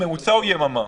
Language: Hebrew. הממוצע הוא יממה.